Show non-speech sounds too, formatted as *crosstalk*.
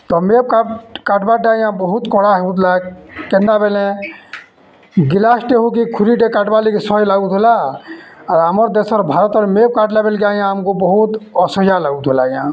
*unintelligible* କାଟ୍ବାର୍ଟା ଆଜ୍ଞା ବହୁତ କଡ଼ା ହେଉଥିଲା କେନ୍ତା ବେଲେ ଗିଲାସ୍ଟେ ହେଉ କି ଖୁରୀଟେ କାଟବାର୍ ଲାଗି ଶହେ ଲାଗୁଥିଲା ଆର୍ ଆମର୍ ଦେଶର ଭାରତ୍ର ମେପ୍ କାଟ୍ଲା ବେଲ୍କେ ଆଜ୍ଞା ଆମ୍କୁ ବହୁତ୍ ଅସହାୟ ଲାଗୁଥିଲା ଆଜ୍ଞା